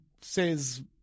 says